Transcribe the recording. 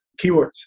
keywords